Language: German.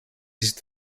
ist